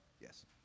yes